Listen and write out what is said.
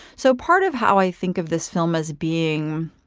so part of how i think of this film as being,